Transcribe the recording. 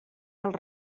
els